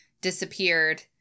disappeared